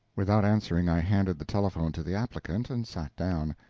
without answering, i handed the telephone to the applicant, and sat down.